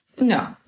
No